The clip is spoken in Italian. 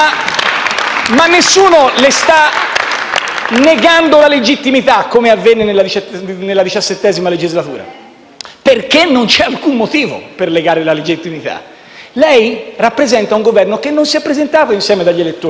ma nessuno le sta negando la legittimità, come avvenne nella XVII legislatura, perché non c'è alcun motivo per negare la legittimità. Lei rappresenta un Governo che non si è presentato insieme davanti agli elettori.